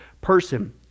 person